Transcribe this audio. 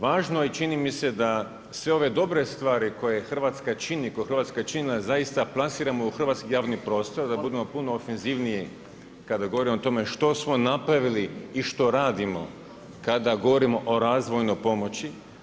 Važno je čini mi se da sve ove dobre stvari koje Hrvatska čini, koje je Hrvatska činila zaista plasiramo u hrvatski javni prostor, da budemo puno ofenzivniji kada govorimo o tome što smo napravili i što radimo kada govorimo o razvojnoj pomoći.